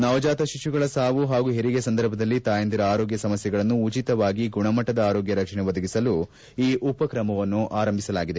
ನವಜಾತ ಶಿಶುಗಳ ಸಾವು ಹಾಗೂ ಹೆರಿಗೆ ಸಂದರ್ಭದಲ್ಲಿ ತಾಯಿಂದಿರ ಆರೋಗ್ಯ ಸಮಸ್ಕೆಗಳನ್ನು ಉಚಿತವಾಗಿ ಗುಣಮಟ್ಟದ ಆರೋಗ್ಯ ರಕ್ಷಣೆ ಒದಗಿಸಲು ಈ ಉಪಕ್ರಮವನ್ನು ಆರಂಭಿಸಲಾಗಿದೆ